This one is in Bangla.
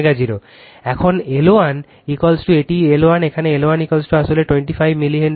এবং L 1 এটি L 1 এখানে L 1 আসলে এই 25 মিলি হেনরি